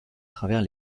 travers